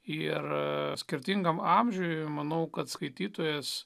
ir skirtingam amžiui manau kad skaitytojas